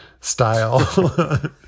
style